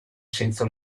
senza